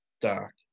dark